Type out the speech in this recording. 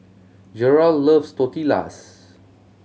Gerald loves Tortillas